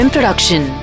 Production